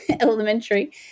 elementary